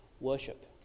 Worship